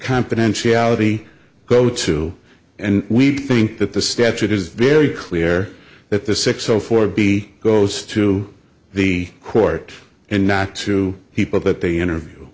confidentiality go to and we think that the statute is very clear that the six o four b goes to the court and not to people that they interview